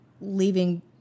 leaving